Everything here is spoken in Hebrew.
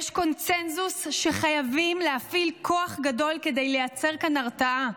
יש קונסנזוס שחייבים להפעיל כוח גדול כדי לייצר כאן הרתעה,